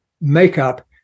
makeup